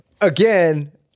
Again